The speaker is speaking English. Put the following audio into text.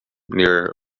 near